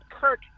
Kirk